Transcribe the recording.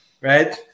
Right